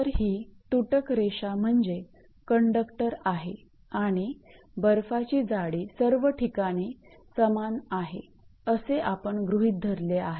तर ही तुटक रेषा म्हणजे कंडक्टर आहे आणि बर्फाची जाडी सर्व ठिकाणी समान आहे असे आपण गृहीत धरले आहे